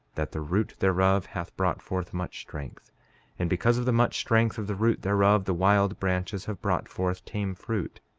that the root thereof hath brought forth much strength and because of the much strength of the root thereof the wild branches have brought forth tame fruit.